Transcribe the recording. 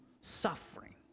suffering